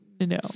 No